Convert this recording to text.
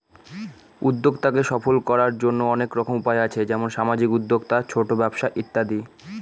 উদ্যক্তাকে সফল করার জন্য অনেক রকম উপায় আছে যেমন সামাজিক উদ্যোক্তা, ছোট ব্যবসা ইত্যাদি